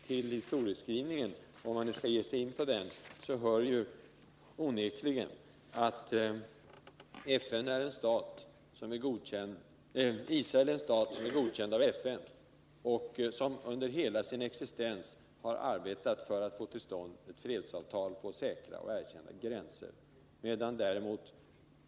Till historieskrivningen — om man nu skall ge sig in på den — hör onekligen att Israel är en stat som är godkänd av FN och som under hela sin existens har arbetat för att få till stånd ett fredsavtal med säkra och erkända gränser.